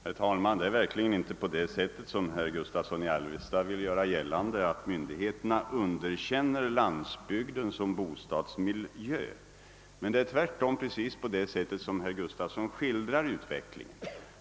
Herr talman! Det förhåller sig verkligen inte på det sätt som herr Gustavsson i Alvesta vill göra gällande att myndigheterna underkänner landsbygden som = bostadsmiljö. Utvecklingen är tvärtom precis sådan som herr Gustavsson skildrar den.